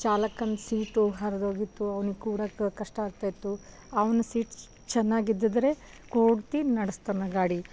ಚಾಲಕನ ಸೀಟು ಹರಿದೋಗಿತ್ತು ಅವ್ನಿಗೆ ಕೂಡೋಕ್ಕೆ ಕಷ್ಟ ಆಗ್ತಾಯಿತ್ತು ಅವ್ನ ಸೀಟ್ ಚೆನ್ನಾಗಿದ್ದಿದ್ದರೆ ಕೂತು ನಡೆಸ್ತಾನೆ ಗಾಡಿ